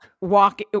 walk